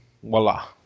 voila